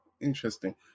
interesting